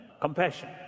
compassion